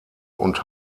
und